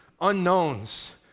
unknowns